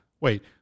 Wait